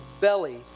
belly